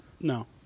No